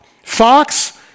Fox